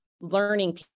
learning